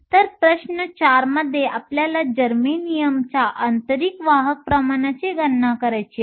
तर प्रश्न 4 मध्ये आपल्याला जर्मेनियमच्या आंतरिक वाहक प्रमाणाची गणना करायची आहे